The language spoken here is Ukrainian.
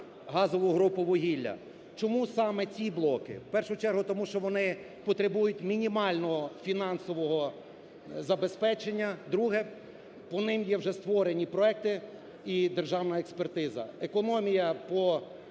газову групу вугілля. Чому саме ці блоки? В першу чергу тому, що вони потребують мінімального фінансового забезпечення. Друге, по ним є вже створені проекти і державна експертиза, економія по даному